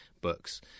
books